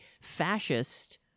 fascist